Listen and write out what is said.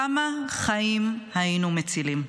כמה חיים היינו מצילים.